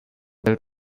del